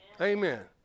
Amen